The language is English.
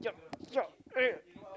job